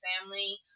family